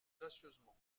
gracieusement